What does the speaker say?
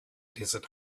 desert